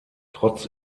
trotz